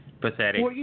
Pathetic